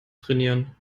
trainieren